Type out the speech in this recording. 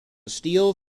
steel